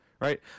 right